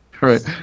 right